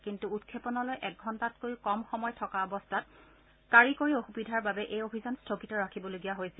কিন্তু উৎক্ষেপনলৈ এঘণ্টাতকৈও কম সময় থকা অৱস্থাত কাৰিকৰী অসুবিধাৰ বাবে এই অভিযান স্থগিত ৰাখিবলগীয়া হৈছিল